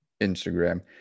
Instagram